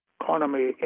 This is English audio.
economy